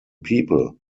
people